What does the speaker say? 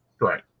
right